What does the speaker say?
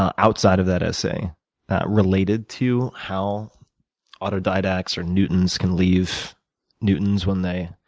ah outside of that essay related to how autodidacts or newtons can leave newtons when they